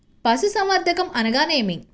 పశుసంవర్ధకం అనగానేమి?